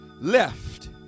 left